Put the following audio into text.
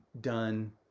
done